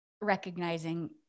recognizing